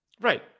Right